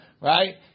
right